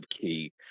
key